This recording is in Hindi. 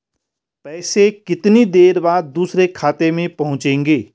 पैसे कितनी देर बाद दूसरे खाते में पहुंचेंगे?